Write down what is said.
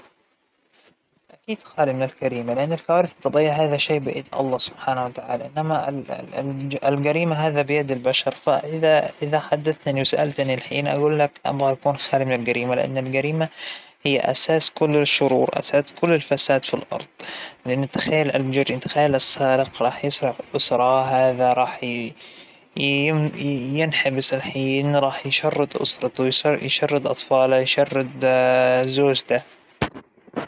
بختار عالم مابو جريمة، خالى من الجريمة تماما، لأن الجريمة هذى من من صنع الإنسان، نتاج -ااا أيدينا أحنا، لكن الكوارث الطبيعية، زلازل براكين فيضانات ت- هذى كلها من الأرض تتنفس تطلع ما فيها، نافعة ومضرة بنفس الوقت.